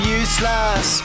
useless